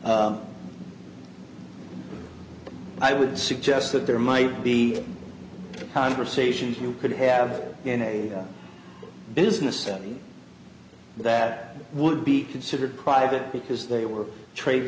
but i would suggest that there might be conversations you could have in a business setting that would be considered private because they were trade